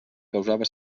causava